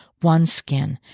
OneSkin